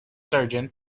surgeon